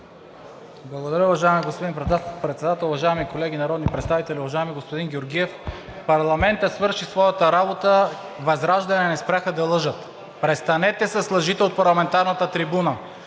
Благодаря, уважаеми господин Председател. Уважаеми колеги народни представители, уважаеми господин Георгиев! Парламентът свърши своята работа, ВЪЗРАЖДАНЕ не спряха да лъжат. Престанете с лъжите от парламентарната трибуна.